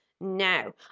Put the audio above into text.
now